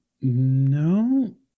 No